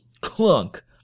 Clunk